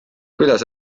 kuidas